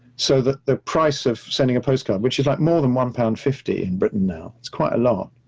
so that the price of sending a postcard, which is like more than one pound fifty in britain now, it's quite a lot,